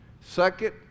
second